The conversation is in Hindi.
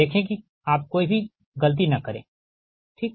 तो आप कोई भी गलती न करे ठीक